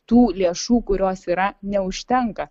tų lėšų kurios yra neužtenka